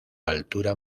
altura